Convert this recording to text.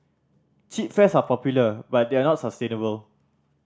cheap fares are popular but they are not sustainable